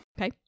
Okay